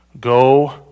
Go